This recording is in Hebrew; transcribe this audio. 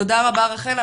תודה רבה רחל.